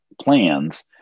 plans